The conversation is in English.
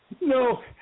No